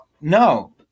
No